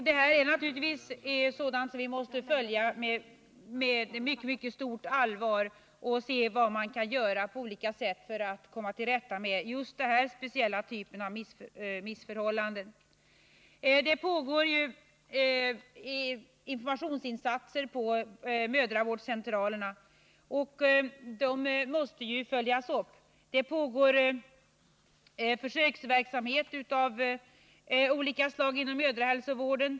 Detta är naturligtvis något som vi måste följa med mycket stort allvar för att se vad vi kan göra för att komma till rätta med just den här speciella typen av missförhållanden. På mödravårdscentralerna görs det informationsinsatser som måste följas upp, och försöksverksamhet av olika slag bedrivs inom mödrahälsovården.